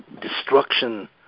destruction